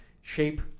shape